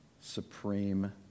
supreme